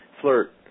Flirt